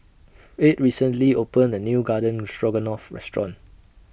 Fate recently opened A New Garden Stroganoff Restaurant